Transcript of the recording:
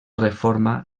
reforma